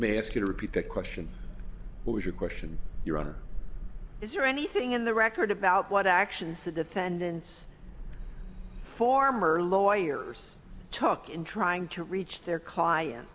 may i ask you to repeat the question what was your question your honor is there anything in the record about what actions the defendants former lawyers talk in trying to reach their client